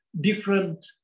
different